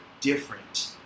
different